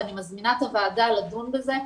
ואני מזמינה את הוועדה לדון בזה.